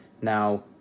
now